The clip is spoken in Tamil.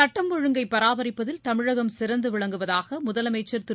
சட்டம் ஒழுங்கை பராமரிப்பதில் தமிழகம் சிறந்து விளங்குவதாக முதலமைச்சர் திரு